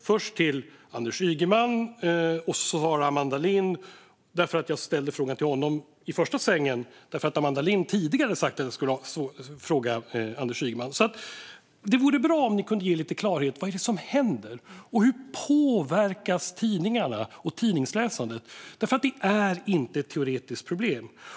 Först frågade jag Anders Ygeman, och så svarade Amanda Lind. Jag ställde frågan till Anders Ygeman i första svängen därför att Amanda Lind tidigare sagt att jag skulle fråga honom. Det vore bra om ni kunde ge lite klarhet i vad som händer och hur tidningarna och tidningsläsandet påverkas, för problemet är inte teoretiskt. Fru talman!